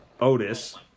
Otis